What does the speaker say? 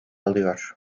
alıyor